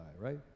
right